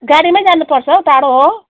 गाडीमै जानु पर्छ हौ टाडो हो